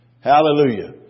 Hallelujah